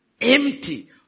empty